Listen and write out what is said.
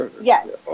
yes